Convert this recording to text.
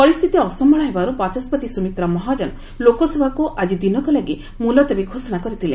ପରିସ୍ଥିତି ଅସମ୍ଭାଳ ହେବାରୁ ବାଚସ୍କତି ସୁମିତ୍ରା ମହାଜନ ଲୋକସଭାକୁ ଆଙ୍ଗି ଦିନକ ଲାଗି ମୁଲତବୀ ଘୋଷଣା କରିଥିଲେ